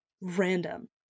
random